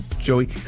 Joey